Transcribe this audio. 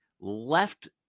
left